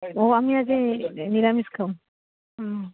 অঁ আমি আজি নিৰামিষ খাম